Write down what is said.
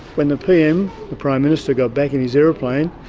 when the pm, the prime minister, got back in his aeroplane,